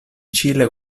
cile